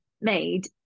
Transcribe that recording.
made